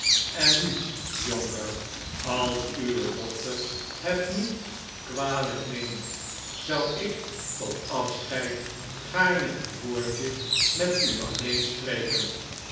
en nu jonker als uwe dochter het niet kwalijk neemt zou ik tot af scheid gaarne een woordje metualleenspreken